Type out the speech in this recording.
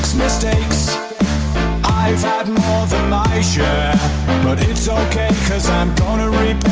mistakes i've had more than my share but it's ok cause i'm gonna